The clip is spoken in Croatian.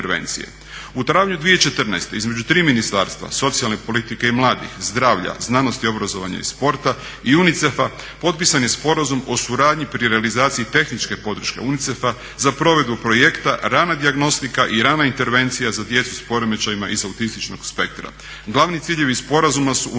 U travnju 2014. između 3 ministarstva, socijalne politike i mladih, zdravlja, znanosti, obrazovanja i sporta i UNICEF-a potpisan je Sporazum o suradnji pri realizaciji tehničke podrške UNICEF-a za provedbu Projekta "Rana dijagnostika i rana intervencija za djecu sa poremećajima iz autističnog spektra". Glavni ciljevi sporazuma su